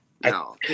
No